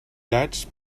gats